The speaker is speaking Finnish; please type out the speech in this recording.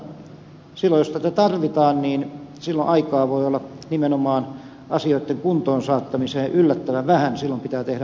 silloin jos tätä tarvitaan niin silloin aikaa voi olla nimenomaan asioiden kuntoon saattamiseen yllättävän vähän silloin pitää tehdä